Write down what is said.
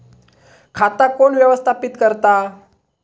खाता कोण व्यवस्थापित करता?